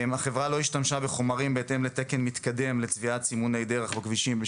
החברה לא השתמשה בחומרים בהתאם לתקן מתקדם לצביעת סימוני דרך בכבישים,